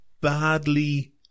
badly